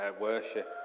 worship